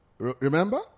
Remember